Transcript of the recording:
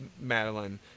madeline